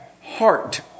heart